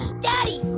daddy